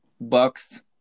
Bucks